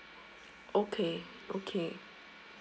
okay okay